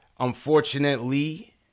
Unfortunately